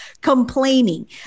complaining